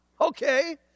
Okay